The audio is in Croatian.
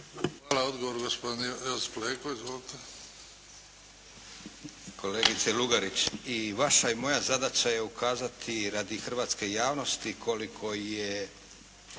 Hvala. Odgovor gospodin Leko. Izvolite. **Leko, Josip (SDP)** Kolegice Lugarić i vaša i moja zadaća je ukazati radi hrvatske javnosti koliko je